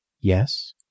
Yes